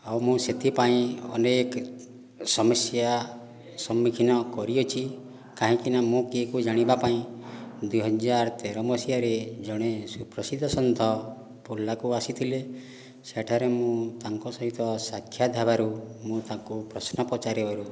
ଆଉ ମୁଁ ସେଥିପାଇଁ ଅନେକ ସମସ୍ୟା ସମ୍ମୁଖୀନ କରିଅଛି କାହିଁକିନା ମୁଁ କିଏକୁ ଜାଣିବା ପାଇଁ ଦୁଇହଜାର ତେର ମସିହାରେ ଜଣେ ସୁପ୍ରସିଦ୍ଧ ସନ୍ଥ ବୁର୍ଲାକୁ ଆସିଥିଲେ ସେଠାରେ ମୁଁ ତାଙ୍କ ସହିତ ସାକ୍ଷାତ ହେବାରୁ ମୁଁ ତାଙ୍କୁ ପ୍ରଶ୍ନ ପଚାରିବାରୁ